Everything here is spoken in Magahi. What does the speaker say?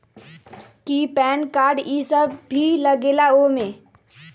कि पैन कार्ड इ सब भी लगेगा वो में?